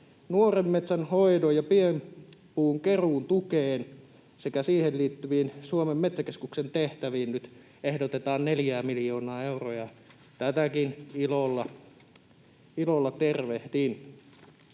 nuoren metsän hoidon ja pienpuun keruun tukeen sekä siihen liittyviin Suomen metsäkeskuksen tehtäviin nyt ehdotetaan 4:ää miljoonaa euroa, ja tätäkin ilolla tervehdin.